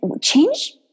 change